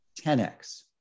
10X